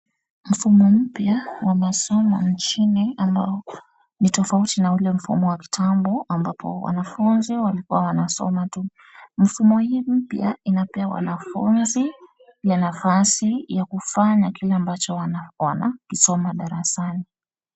Mfumo mpya wa masomo nchini, ambao ni tofauti na ule mfumo wa kitambo ambapo wanafunzi walikuwa wanasoma tu. Mfumo hii mpya inapea wanafunzi, nafasi ya kufanya kile ambacho wanakisoma darasani.